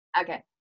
Okay